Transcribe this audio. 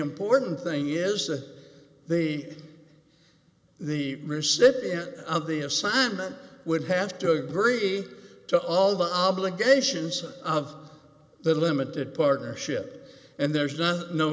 important thing is that the the recipient of the assignment would have to agree to all the obligations of the limited partnership and there's no